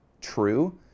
true